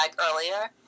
earlier